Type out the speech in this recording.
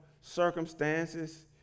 circumstances